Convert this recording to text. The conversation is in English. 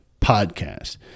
podcast